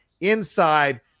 inside